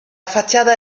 fachada